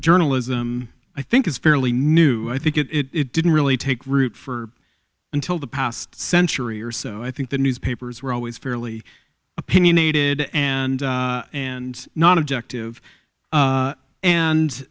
journalism i think is fairly new i think it it didn't really take root for until the past century or so i think the newspapers were always fairly opinionated and and not objective a